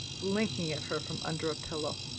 blinking at her from under a pillow.